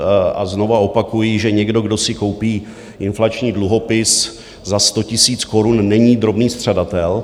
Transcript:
A znovu opakuji, že někdo, kdo si koupí inflační dluhopis za 100 tisíc korun, není drobný střadatel.